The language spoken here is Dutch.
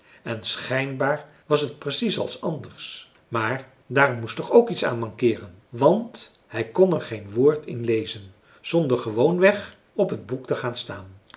en schijnbaar was het precies als anders maar daar moest toch ook iets aan mankeeren want hij kon er geen woord in lezen zonder gewoon weg op het boek te gaan staan